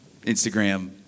Instagram